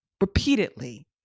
repeatedly